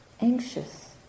anxious